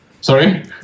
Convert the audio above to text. Sorry